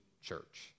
church